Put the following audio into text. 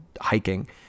hiking